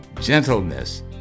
gentleness